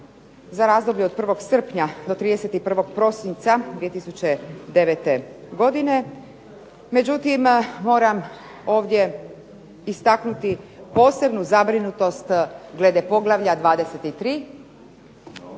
za razdoblje od 1. srpnja do 31. prosinca 2009. godine, međutim moram ovdje istaknuti posebnu zabrinutost glede poglavlja 23.,